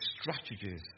strategies